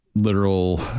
literal